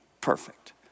perfect